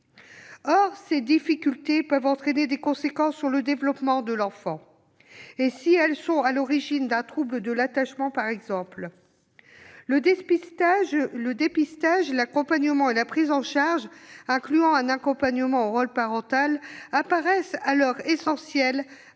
Or ces difficultés peuvent entraîner des conséquences sur le développement de l'enfant, si elles sont à l'origine d'un trouble de l'attachement, par exemple. Le dépistage, l'accompagnement et la prise en charge incluant un accompagnement au rôle parental paraissent alors essentiels